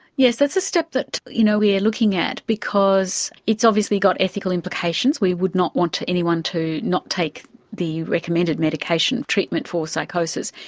yes, that's a step that you know we are looking at, because it's obviously got ethical implications. we would not want anyone to not take the recommended medication treatment for psychosis.